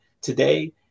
today